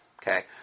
Okay